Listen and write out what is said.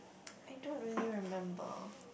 I don't really remember